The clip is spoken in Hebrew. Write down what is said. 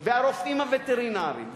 והרופאים הווטרינרים.